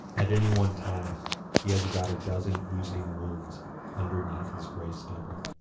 at any one time he has about a dozen oozing wounds underneath his grey stubble.